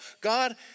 God